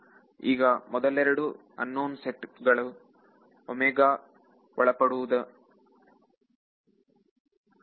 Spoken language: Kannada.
ಈಗ ಮೊದಲೆರಡು ಅನ್ನೊನ್ ಸೆಟ್ಟುಗಳು ಇದಕ್ಕೆ ಒಳಪಡುವ ಎಲ್ಲಾ ವಿಷಯವನ್ನು ಹೊಂದಿರುತ್ತದೆ